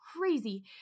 crazy